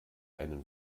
einen